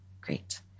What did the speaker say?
Great